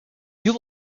you